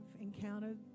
encountered